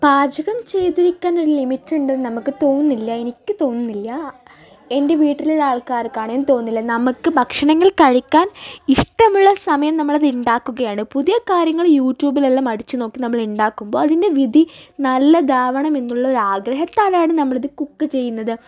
പാചകം ചെയ്തിരിക്കാൻ ഒരു ലിമിറ്റൊണ്ട് നമുക്ക് തോന്നുന്നില്ല എനിക്ക് തോന്നുന്നില്ല എൻ്റെ വീട്ടിലുള്ള ആൾക്കാർക്കാണേലും തോന്നുന്നില്ല നമുക്ക് ഭക്ഷണങ്ങൾ കഴിക്കാൻ ഇഷ്ടമുള്ള സമയം നമ്മളതിണ്ടാക്കുകയാണ് പുതിയ കാര്യങ്ങൾ യൂട്യൂബിലെല്ലാം അടിച്ചുനോക്കി നമ്മളുണ്ടാക്കുമ്പോൾ അതിൻ്റെ വിധി നല്ലതാവണമെന്നുള്ള ഒരാഗ്രഹത്താലാണ് നമ്മളത് കുക്ക് ചെയ്യുന്നത്